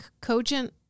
cogent-